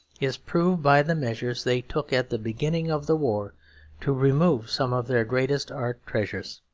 is proved by the measures they took at the beginning of the war to remove some of their greatest art treasures.